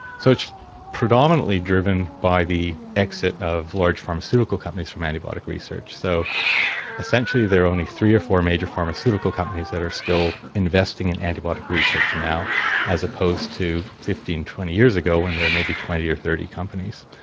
so it's predominantly driven by the exit of large pharmaceutical companies from antibiotic research. so essentially there are only three or four major pharmaceutical companies that are still investing in antibiotic research now as opposed to fifteen, twenty years ago when there may be twenty or thirty companies.